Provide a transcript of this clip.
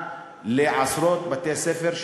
לעשרות בתי-ספר,